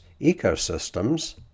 ecosystems